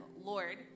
Lord